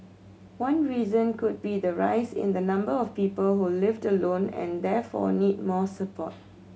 one reason could be the rise in the number of people who lived alone and therefore need more support